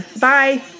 Bye